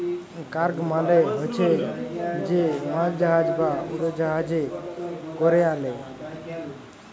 cargo মালে হছে যে মালজাহাজ বা উড়জাহাজে ক্যরে আলে